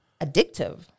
addictive